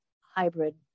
hybrid